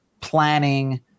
planning